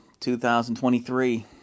2023